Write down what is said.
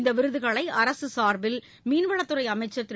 இந்த விருதுகளை அரசு சார்பில் மீன்வளத்துறை அமைச்சர் திரு